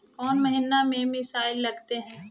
कौन महीना में मिसाइल लगते हैं?